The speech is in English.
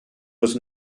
was